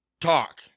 talk